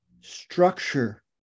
structure